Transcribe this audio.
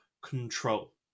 control